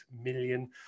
million